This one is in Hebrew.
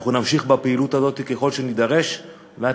ואנחנו נמשיך בפעילות הזאת ככל שנידרש על מנת